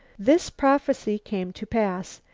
this prophecy came to pass.